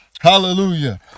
Hallelujah